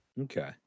Okay